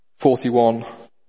41